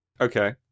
Okay